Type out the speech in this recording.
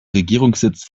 regierungssitz